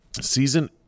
Season